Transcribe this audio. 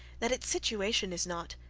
that its situation is not.